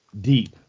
Deep